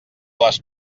les